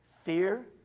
Fear